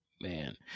man